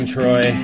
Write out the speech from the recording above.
Troy